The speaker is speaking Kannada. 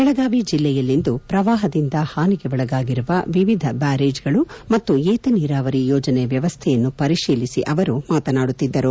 ಬೆಳಗಾವಿ ಜಿಲ್ಲೆಯಲ್ಲಿಂದು ಪ್ರವಾಪದಿಂದ ಹಾನಿಗೊಳಗಾಗಿರುವ ವಿವಿಧ ಬ್ಯಾರೇಜ್ ಗಳು ಮತ್ತು ಏತ ನೀರಾವರಿ ಯೋಜನೆ ವ್ಯವಸ್ಥೆಯನ್ನು ಪರಿಶೀಲಿಸಿ ಅವರು ಮಾತನಾಡುತ್ತಿದ್ದರು